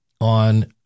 on